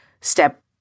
step